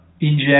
inject